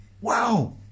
Wow